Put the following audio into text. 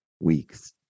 weeks